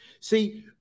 See